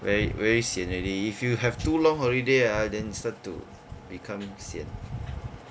very very sian already if you have too long holiday ah then start to become sian